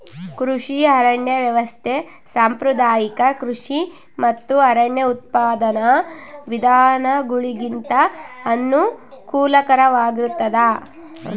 ಕೃಷಿ ಅರಣ್ಯ ವ್ಯವಸ್ಥೆ ಸಾಂಪ್ರದಾಯಿಕ ಕೃಷಿ ಮತ್ತು ಅರಣ್ಯ ಉತ್ಪಾದನಾ ವಿಧಾನಗುಳಿಗಿಂತ ಅನುಕೂಲಕರವಾಗಿರುತ್ತದ